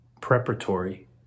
preparatory